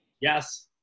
Yes